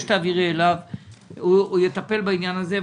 הוא יטפל בעניין הזה.